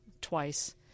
twice